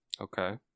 Okay